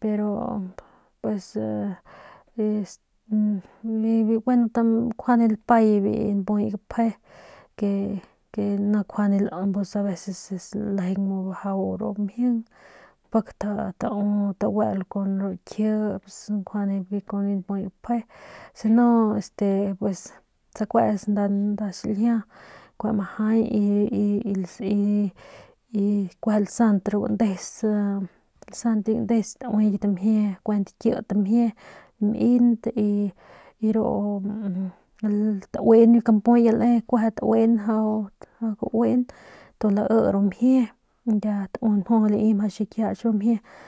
pero pues es gueno nkjuande lapay biu npuy gapje ke ke ni nkjuande aveces lalejeng bajau ru mjing pik taguel kun ru kji nkjuande kun biu npuy gapje si no este sakuets nda xiljia majay y y y y y kueje lasant ru lasant biu gandes taue mjie kuent kit mjie mint y ru tain biu kampuy kueje tauing ya mjau kauin lai ru mjie y ya taue y lai xikiach ru mjie.